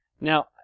Now